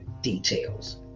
details